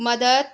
मदत